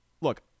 look